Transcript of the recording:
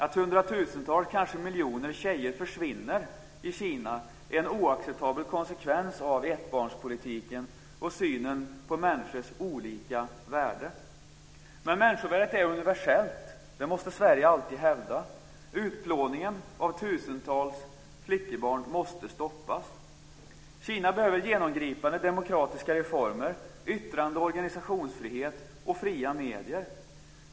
Att hundratusentals, kanske miljoner flickor försvinner i Kina är en oacceptabel konsekvens av ettbarnspolitiken och synen på människors olika värde. Människovärdet är universellt. Det måste Sverige alltid hävda. Utplåningen av tusentals flickebarn måste stoppas. Kina behöver genomgripande demokratiska reformer, yttrande och organisationsfrihet och fria medier.